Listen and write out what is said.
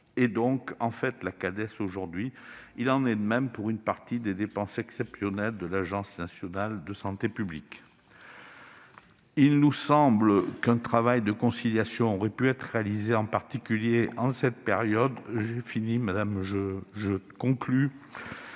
en charge par la Cades aujourd'hui. Il en est de même pour une partie des dépenses exceptionnelles de l'Agence nationale de santé publique. Il nous semble qu'un travail de conciliation aurait pu être réalisé, en particulier en cette période difficile pour le milieu